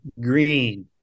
green